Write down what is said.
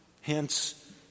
hence